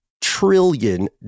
trillion